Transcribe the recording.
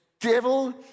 devil